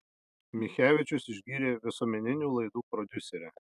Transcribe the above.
michevičius išgyrė visuomeninių laidų prodiuserę